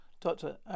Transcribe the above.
Doctor